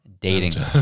Dating